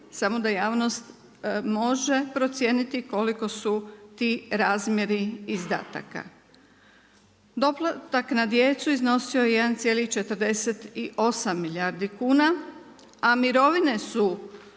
samo da javnost može procijeniti koliko su ti razmjeri izdataka. Doplatak na djecu iznosio je 1,48 milijardi kuna, a mirovine su